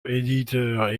éditeur